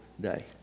day